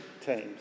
teams